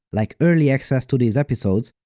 like early access to these episodes,